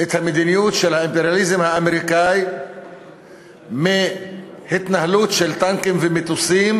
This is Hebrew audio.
את המדיניות של האימפריאליזם האמריקני מהתנהלות של טנקים ומטוסים